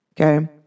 Okay